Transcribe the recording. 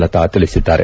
ಲತಾ ತಿಳಿಸಿದ್ದಾರೆ